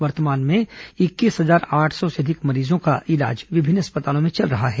वर्तमान में इक्कीस हजार आठ सौ से अधिक मरीजों का इलाज विभिन्न अस्पतालों में चल रहा है